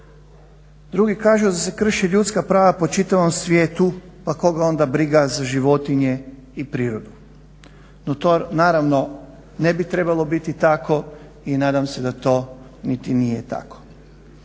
Drugi kažu da se krše ljudska prava po čitavom svijetu, pa koga onda briga za životinje i prirodu. No, to naravno ne bi trebalo biti tako i nadam se da to niti nije tako.